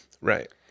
Right